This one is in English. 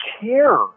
care